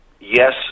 yes